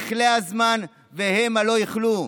יכלה הזמן והמה לא יכלו.